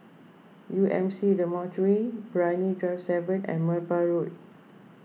U M C Dormitory Brani Drive seven and Merbau Road